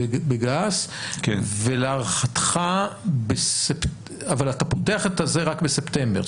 בגס, אבל אתה פותח את זה רק בספטמבר.